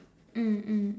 mm mm